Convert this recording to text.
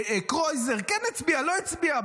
קרויזר כן הצביע, לא הצביע.